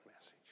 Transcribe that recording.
message